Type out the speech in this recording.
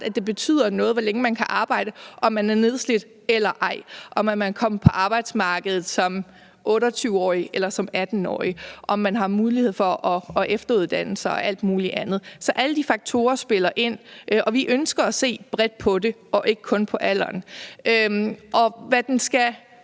at det betyder noget, hvor længe man kan arbejde, om man er nedslidt eller ej, om man er kommet på arbejdsmarkedet som 28-årig eller som 18-årig, og om man har mulighed for at efteruddanne sig og alt mulig andet. Så alle de faktorer spiller ind, og vi ønsker at se bredt på det og ikke kun på alderen. Vi vil